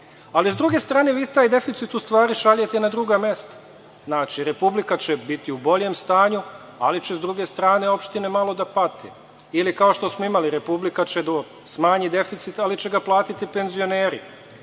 Ali, s druge strane, vi taj deficit u stvari šaljete na druga mesta. Znači, Republika će biti u boljem stanju, ali će, s druge strane, opštine malo da pate. Ili, kao što smo imali – Republika će da smanji deficit, ali će ga platiti penzioneri.